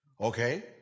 okay